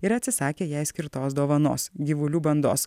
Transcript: ir atsisakė jai skirtos dovanos gyvulių bandos